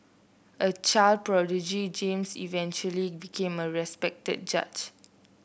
a child prodigy James eventually became a respected judge